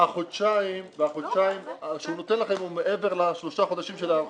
והחודשיים שהוא נותן לכם הם מעבר לשלושה חודשים של ההיערכות.